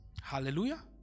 Hallelujah